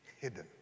hidden